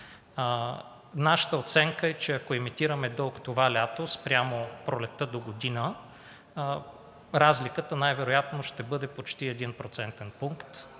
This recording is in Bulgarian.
Нашата оценка е, че ако емитираме дълг това лято, спрямо пролетта догодина, разликата най-вероятно ще бъде почти един